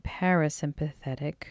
parasympathetic